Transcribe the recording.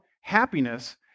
happiness